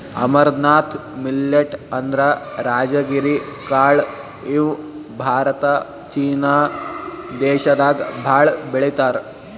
amaranth millet ಅಂದ್ರ ರಾಜಗಿರಿ ಕಾಳ್ ಇವ್ ಭಾರತ ಚೀನಾ ದೇಶದಾಗ್ ಭಾಳ್ ಬೆಳಿತಾರ್